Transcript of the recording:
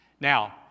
Now